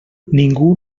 ningú